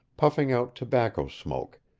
puffing out tobacco smoke,